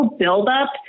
buildup